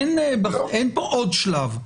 אין פה עוד שלב.